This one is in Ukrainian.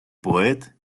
поет